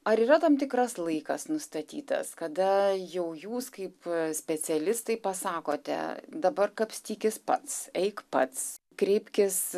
ar yra tam tikras laikas nustatytas kada jau jūs kaip specialistai pasakote dabar kapstykis pats eik pats kreipkis